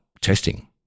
testing